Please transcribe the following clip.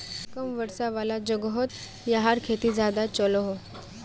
कम वर्षा वाला जोगोहोत याहार खेती ज्यादा चलोहो